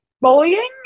bullying